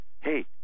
hey